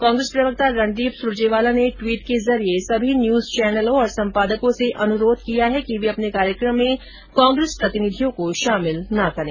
कांग्रेस प्रवक्ता रणदीप सुरजेवाला ने टवीट के जरिये सभी न्यूज चैनलों और संपादकों से अनुरोध किया है कि वे अपने कार्यक्रम में कांग्रेस प्रतिनिधियों को शामिल न करें